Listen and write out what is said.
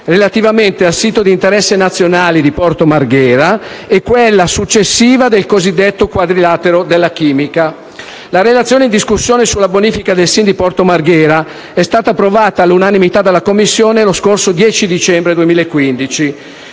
relativamente al sito di interesse nazionale di Porto Marghera e quella successiva del cosiddetto quadrilatero della chimica. La relazione sulla bonifica del SIN di Porto Marghera è stata approvata all'unanimità dalla Commissione lo scorso 10 dicembre 2015.